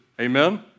Amen